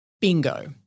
Bingo